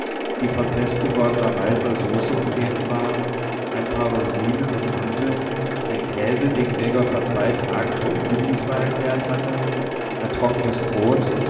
die von festgewordener weißer soße umgeben waren ein paar rosinen und mandeln ein käse den gregor vor zwei tagen für ungenießbar erklärt hatte ein trockenes brot